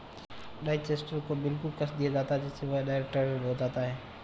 digester को बिल्कुल कस दिया जाता है जिससे वह एयरटाइट हो जाता है